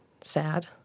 sad